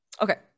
Okay